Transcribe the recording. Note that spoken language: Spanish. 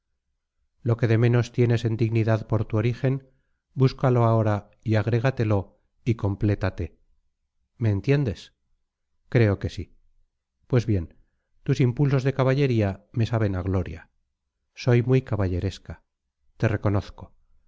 lo que de menos tienes en dignidad por tu origen búscalo ahora y agrégatelo y complétate me entiendes creo que sí pues bien tus impulsos de caballería me saben a gloria soy muy caballeresca te reconozco